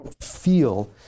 feel